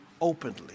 openly